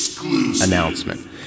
announcement